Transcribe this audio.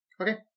Okay